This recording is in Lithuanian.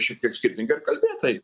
šiek tiek skirtingai ir kalbėt tai